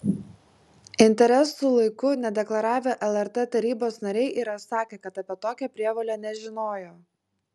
interesų laiku nedeklaravę lrt tarybos nariai yra sakę kad apie tokią prievolę nežinojo